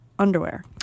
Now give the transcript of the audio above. underwear